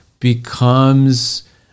becomes